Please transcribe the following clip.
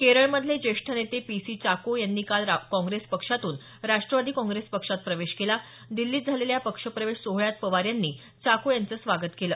केरळमधले ज्येष्ठ नेते पी सी चाको यांनी काल काँग्रेस पक्षातून राष्ट्रवादी काँग्रेस पक्षात प्रवेश केला दिल्लीत झालेल्या या पक्षप्रवेश सोहळ्यात पवार यांनी चाको यांचं स्वागत केलं